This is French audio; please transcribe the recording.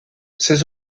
ses